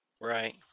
Right